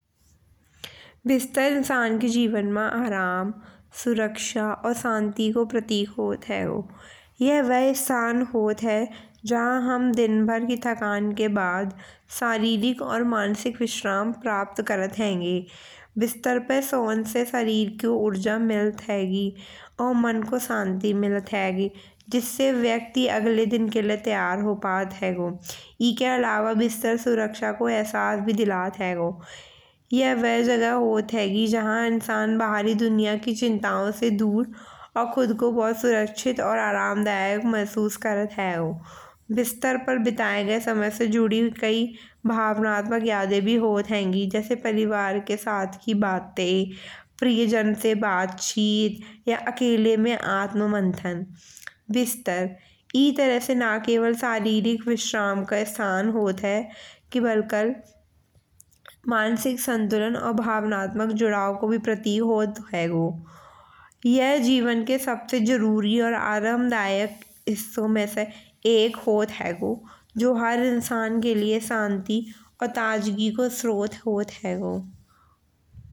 विस्तार इंसान के जीवन मा आराम सुरक्षा और शांति को प्रतीक होत हैगो। यह वह स्थान होत है जहां हम दिन भर की थकान के बाद शारीरिक और मानसिक विश्राम प्राप्त करत हेंगे। विस्तार पे सोवन से शरीर को ऊर्जा मिलत हेगी और मन को शांति मिलत हेगी। जिससे व्यक्ति अगले दिन के लिए तैयार हो पात हेगो। एके अलावा भी सर सुरक्षा को एहसाह भी दिलात हैगो। यह वह जगह होत हेगी जहां इंसान बाहरी दुनिया की चिंताओं से दूर और खुद को बहुत सुरक्षित और आरामदायक महसूस करत हैगो। विस्तार पर बिताये गये समय से जुड़ी हुई कई भावनात्मक यादें भी होत हेंगी। जैसे परिवार के साथ की बातें प्रियजन से बात चीत या अकेले में आत्ममंथन। विस्तार ई तरीके से ना केवल शारीरिक विश्राम का स्थान होत है। कि बल्कि मानसिक संतुलन और भावनात्मक जुड़ाव को भी प्रतीक होत हैगो। यह जीवन के सबसे जरूरी और आरामदायक हिस्सों में से एक होत हैगो। जो हर इंसान के लिए शांति और ताजगी को स्रोत होत हैगो।